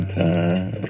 time